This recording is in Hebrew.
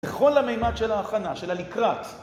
בכל המימד של ההכנה, של הלקראת